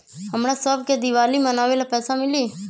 हमरा शव के दिवाली मनावेला पैसा मिली?